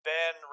Ben